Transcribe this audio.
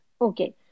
Okay